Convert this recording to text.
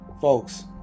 Folks